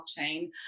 blockchain